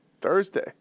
Thursday